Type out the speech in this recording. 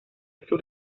sur